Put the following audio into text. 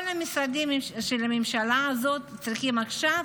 כל המשרדים של הממשלה הזאת צריכים עכשיו